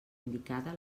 indicada